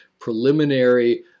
preliminary